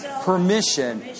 permission